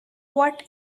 what